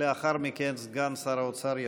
לאחר מכן סגן שר האוצר ישיב.